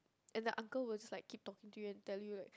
and the uncle was like keep talking to you and tell you like